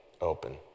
open